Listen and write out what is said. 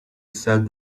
said